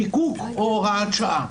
חיקוק או הוראת שעה.